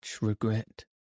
regret